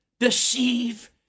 deceive